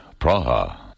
Praha